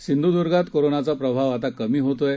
सिंधुद्गांत कोरोनाचा प्रभाव आता कमी होतोय